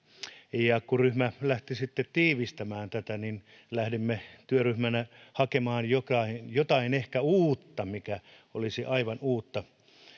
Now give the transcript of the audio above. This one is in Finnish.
ja kun ryhmä lähti sitten tiivistämään tätä niin lähdimme työryhmänä hakemaan jotain ehkä uutta mikä olisi aivan uutta